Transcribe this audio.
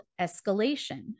escalation